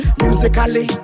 musically